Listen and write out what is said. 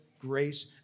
grace